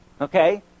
Okay